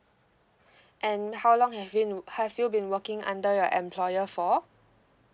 and how long have you have you been working under your employer for